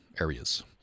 areas